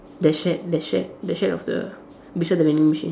that shirt that shirt that shirt of the beside the vending machine